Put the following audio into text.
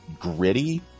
gritty